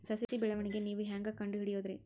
ಸಸಿ ಬೆಳವಣಿಗೆ ನೇವು ಹ್ಯಾಂಗ ಕಂಡುಹಿಡಿಯೋದರಿ?